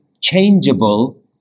changeable